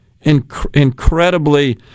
incredibly